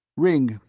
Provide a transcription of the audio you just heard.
ringg,